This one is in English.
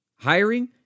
Hiring